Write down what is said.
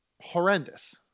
horrendous